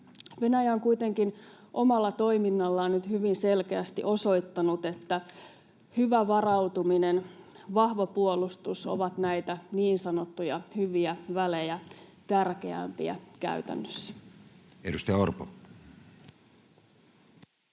Venäjä on kuitenkin omalla toiminnallaan nyt hyvin selkeästi osoittanut, että hyvä varautuminen ja vahva puolustus ovat näitä niin sanottuja hyviä välejä tärkeämpiä käytännössä. [Speech 18]